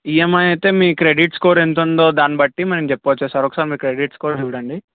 EMI అయితే మీ credit score ఎంత ఉందో దాన్నిబట్టి మేము చెప్పవచ్చు సార్ ఒకసారి మీ క్రెడిట్ స్కోర్ చూడండి